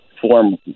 form